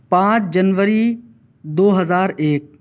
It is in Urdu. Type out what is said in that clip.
پانچ جنوری دو ہزار ایک